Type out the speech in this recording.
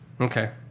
Okay